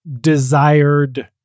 desired